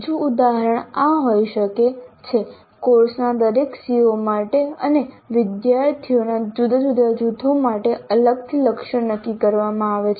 બીજું ઉદાહરણ આ હોઈ શકે છે કોર્સના દરેક CO માટે અને વિદ્યાર્થીઓના જુદા જુદા જૂથો માટે અલગથી લક્ષ્યો નક્કી કરવામાં આવે છે